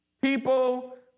People